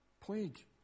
plague